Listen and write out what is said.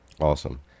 Awesome